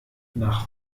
nach